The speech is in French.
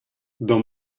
dans